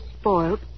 spoiled